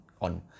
on